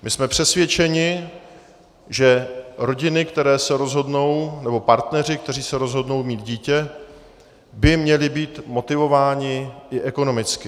My jsme přesvědčeni, že rodiny, které se rozhodnou, nebo partneři, kteří se rozhodnou mít dítě, by měli být motivováni i ekonomicky.